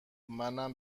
منم